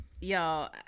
y'all